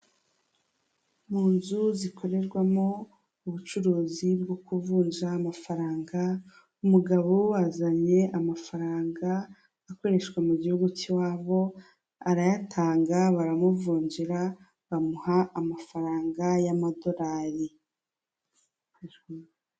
Mu nzu zikorerwamo ubucuruzi bwo kuvunja amafaranga, umugabo wazanye amafaranga akoreshwa mu gihugu cy'iwabo, arayatanga baramuvunjira bamuha amafaranga y'amadolari.